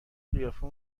قیافه